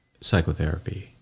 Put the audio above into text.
psychotherapy